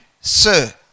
Sir